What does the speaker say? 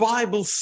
Bible